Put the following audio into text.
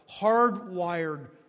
hardwired